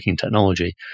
technology